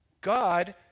God